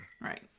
Right